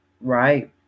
right